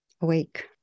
Awake